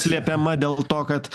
slepiama dėl to kad